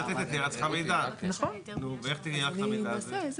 אם תהיה הסכמה של שר הפנים, אני הולך על זה.